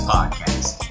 Podcast